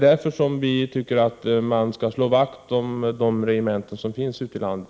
Därför skall vi slå vakt om de regementen som vi har ute i landet.